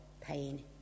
pain